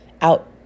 out